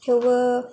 थेवबो